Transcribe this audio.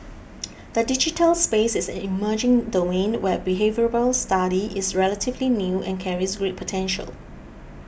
the digital space is an emerging domain where behavioural study is relatively new and carries great potential